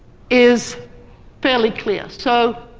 is fairly clear. so,